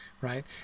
right